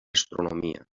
astronomia